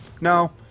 no